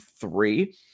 three